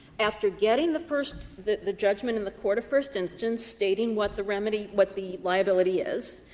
after getting the first the the judgment in the court of first instance stating what the remedy what the liability is,